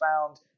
found